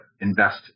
invest